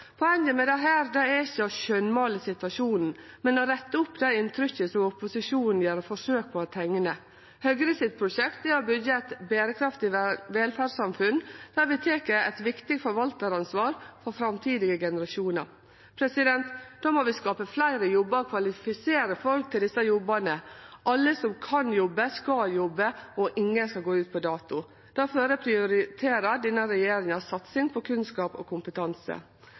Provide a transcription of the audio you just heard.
Poenget med dette er ikkje å skjønnmåle situasjonen, men å rette opp det inntrykket som opposisjonen gjer forsøk på å teikne. Høgres prosjekt er å byggje eit berekraftig velferdssamfunn der vi tek eit viktig forvaltaransvar for framtidige generasjonar. Då må vi skape fleire jobbar og kvalifisere folk til desse jobbane. Alle som kan jobbe, skal jobbe – og ingen skal gå ut på dato. Difor prioriterer denne regjeringa satsing på kunnskap og kompetanse.